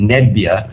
Nebbia